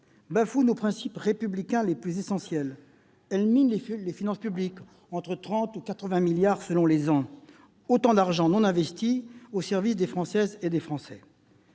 bafoue nos principes républicains les plus essentiels. Elle mine les finances publiques, à hauteur de 30 milliards à 80 milliards d'euros selon les années- autant d'argent non investi au service des Françaises et des Français.